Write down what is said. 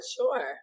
sure